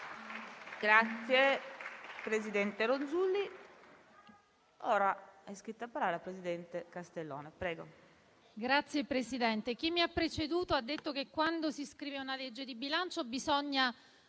Signora Presidente, chi mi ha preceduto ha detto che quando si scrive una legge di bilancio bisogna